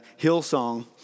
Hillsong